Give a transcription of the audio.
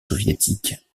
soviétiques